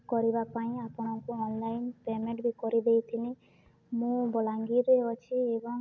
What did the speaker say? କରିବା ପାଇଁ ଆପଣଙ୍କୁ ଅନଲାଇନ୍ ପେମେଣ୍ଟ୍ ବି କରିଦେଇଥିଲି ମୁଁ ବଲାଙ୍ଗୀର୍ରେ ଅଛି ଏବଂ